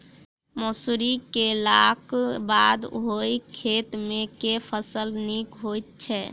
मसूरी केलाक बाद ओई खेत मे केँ फसल नीक होइत छै?